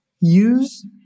use